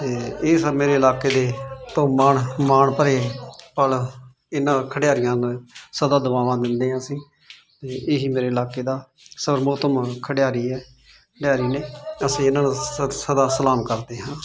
ਤੇ ਇਸ ਮੇਰੇ ਇਲਾਕੇ ਦੇ ਤੋਮਾਨ ਮਾਨ ਭਰੇ ਪਲ ਇਹਨਾਂ ਖਿਡਾਰੀਆਂ ਨੇ ਸਦਾ ਦੁਆਵਾਂ ਦਿੰਦੇ ਆਂ ਅਸੀਂ ਤੇ ਇਹੀ ਮੇਰੇ ਇਲਾਕੇ ਦਾ ਸਰਮੋਤਮ ਖਿਡਾਰੀ ਐ ਖਿਡਾਰੀ ਨੇ ਅਸੀਂ ਇਹਨਾਂ ਨੂੰ ਸਦ ਸਦਾ ਸਲਾਮ ਕਰਦੇ ਹਾਂ